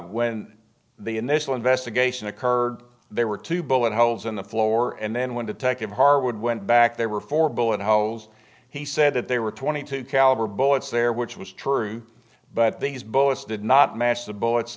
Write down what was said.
when the initial investigation occurred there were two bullet holes in the floor and then when detective harwood went back there were four bullet how he said that there were twenty two caliber bullets there which was true but these bullets did not match the bullets